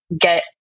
get